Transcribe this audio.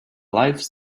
lives